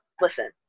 listen